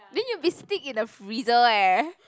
then you be sitting in a freezer eh